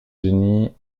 unis